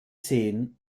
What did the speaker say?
seen